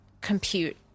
compute